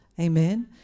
amen